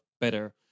better